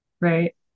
right